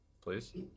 please